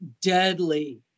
deadly